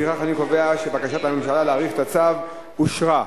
לפיכך אני קובע שבקשת הממשלה להאריך בצו את תוקף החוק אושרה.